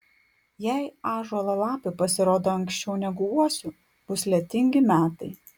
jei ąžuolo lapai pasirodo anksčiau negu uosių bus lietingi metai